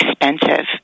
expensive